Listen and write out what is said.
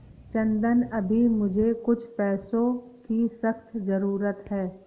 चंदन अभी मुझे कुछ पैसों की सख्त जरूरत है